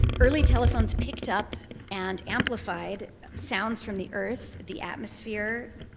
early telephones picked up and amplified sounds from the earth, the atmosphere,